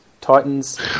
titans